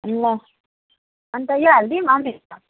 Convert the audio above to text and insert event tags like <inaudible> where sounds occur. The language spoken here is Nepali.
ल अन्त यो हालिदिऊँ <unintelligible>